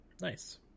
Nice